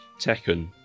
Tekken